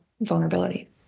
vulnerability